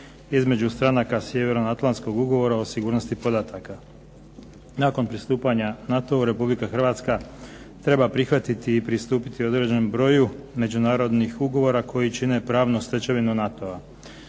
između stranaka sjevernoatlantskog ugovora o sigurnosti podataka. Nakon pristupanja NATO-u Republika Hrvatska treba prihvatiti i pristupiti određenom broju međunarodnih ugovora koji čine pravnu stečevinu NATO-a.